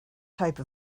type